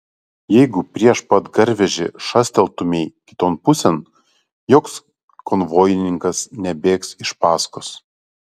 jeigu prieš pat garvežį šastelėtumei kiton pusėn joks konvojininkas nebėgs iš paskos